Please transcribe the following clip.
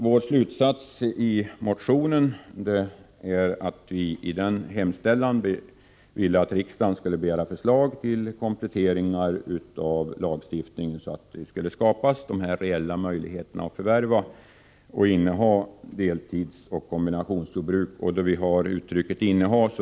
Vår hemställan i motionen är att riksdagen skall begära förslag till kompletteringar av lagstiftningen så att reella möjligheter skapas även för förvärv och innehav av deltidsoch kombinationsjordbruk. Vi använder alltså även uttrycket ”innehav”.